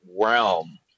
realm